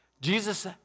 Jesus